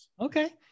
Okay